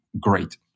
great